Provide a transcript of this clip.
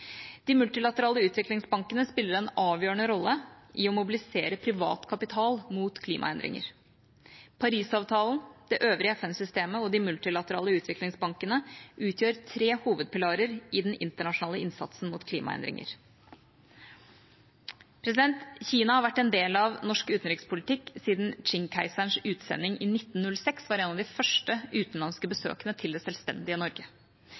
De multilaterale utviklingsbankene spiller en avgjørende rolle i å mobilisere privat kapital mot klimaendringer. Parisavtalen, det øvrige FN-systemet og de multilaterale utviklingsbankene utgjør tre hovedpilarer i den internasjonale innsatsen mot klimaendringer. Kina har vært en del av norsk utenrikspolitikk siden Qing-keiserens utsending i 1906 var en av de første utenlandske besøkende til det selvstendige Norge.